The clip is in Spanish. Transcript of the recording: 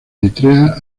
eritrea